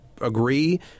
agree